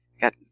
got